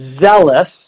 zealous